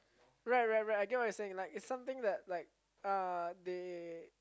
right right right I get what you saying like is something that like uh they